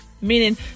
Meaning